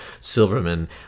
Silverman